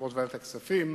יושב-ראש ועדת הכספים,